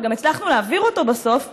וגם הצלחנו להעביר אותו בסוף בשינויים.